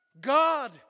God